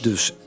Dus